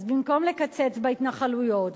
אז במקום לקצץ בהתנחלויות,